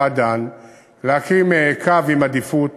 להקים קו עם עדיפות